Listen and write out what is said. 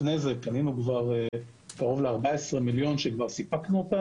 כשלפני כן קנינו כבר קרוב ל-14 מיליון בדיקות שכבר סיפקנו.